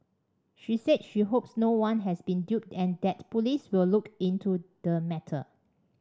she said she hopes no one has been duped and that police will look into the matter